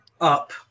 up